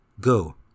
Go